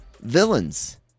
villains